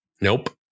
Nope